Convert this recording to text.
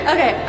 Okay